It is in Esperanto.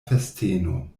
festeno